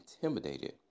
intimidated